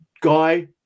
guy